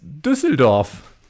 Düsseldorf